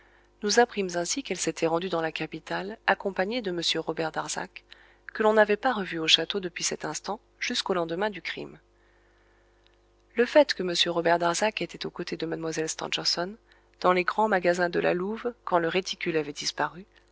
nous apprîmes ainsi qu'elle s'était rendue dans la capitale accompagnée de m robert darzac que l'on n'avait pas revu au château depuis cet instant jusqu'au lendemain du crime le fait que m robert darzac était aux côtés de mlle stangerson dans les grands magasins de la louve quand le réticule avait disparu